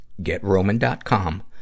GetRoman.com